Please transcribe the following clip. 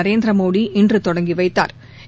நரேந்திரமோடி இன்று தொடங்கி வைத்தாா்